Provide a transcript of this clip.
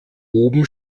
oben